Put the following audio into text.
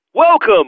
Welcome